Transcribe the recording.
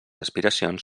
aspiracions